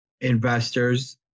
investors